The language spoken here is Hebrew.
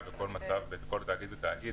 על אף הרצון להיות זמנים לכל פנייה בכל אחד מהתאגידים,